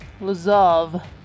Lazav